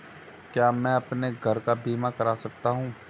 क्या मैं अपने घर का बीमा करा सकता हूँ?